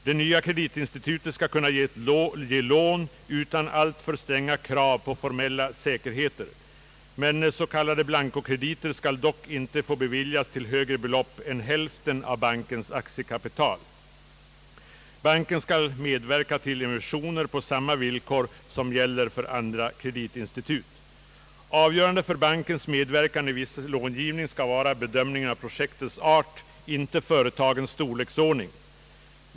Det nya kreditinstitutet skall kunna ge ett lån utan alltför stränga krav på formella säkerheter, men s.k. blancokrediter skall dock inte få beviljas till högre belopp än hälften av bankens aktiekapital. Banken skall kunna medverka till emissioner på samma villkor som gäller för andra kreditinstitut. Avgörande för bankens medverkan i viss långivning skall vara bedömningen av projektens art, inte företagens storleksordning.